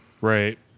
Right